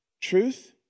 truth